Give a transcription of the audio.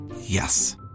Yes